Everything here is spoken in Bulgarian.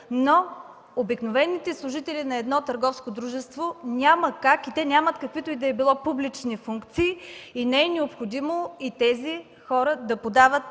Обикновените служители на търговско дружество няма как – те нямат каквито и да било публични функции. Не е необходимо тези хора да подават